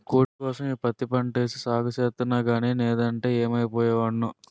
కూటికోసం ఈ పత్తి పంటేసి సాగు సేస్తన్నగానీ నేదంటే యేమైపోయే వోడ్నో